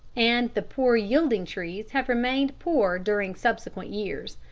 and the poor-yielding trees have remained poor during subsequent years.